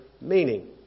meaning